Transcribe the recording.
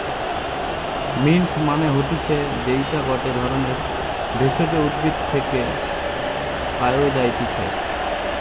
mint মানে হতিছে যেইটা গটে ধরণের ভেষজ উদ্ভিদ থেকে পাওয় যাই্তিছে